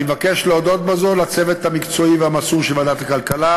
אני מבקש להודות בזאת לצוות המקצועי והמסור של ועדת הכלכלה: